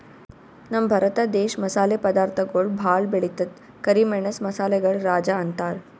ನಮ್ ಭರತ ದೇಶ್ ಮಸಾಲೆ ಪದಾರ್ಥಗೊಳ್ ಭಾಳ್ ಬೆಳಿತದ್ ಕರಿ ಮೆಣಸ್ ಮಸಾಲೆಗಳ್ ರಾಜ ಅಂತಾರ್